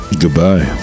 goodbye